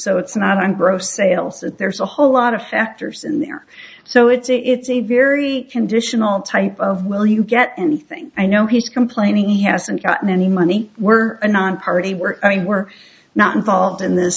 so it's not on gross sales that there's a whole lot of factors in there so it's a it's a very conditional type of will you get anything i know he's complaining he hasn't got any money we're a nonparty we're a we're not involved in this